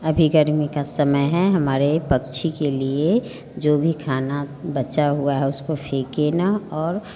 अभी गर्मी का समय है हमारे पक्षी के लिए जो भी खाना बचा हुआ है उसको फेंकें ना और